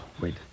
Wait